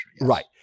Right